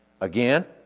Again